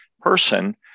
person